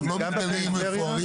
בדיוק, לא מגדלים מפוארים.